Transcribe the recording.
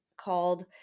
called